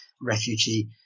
refugee